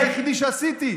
אבל אני היחידי שעשיתי.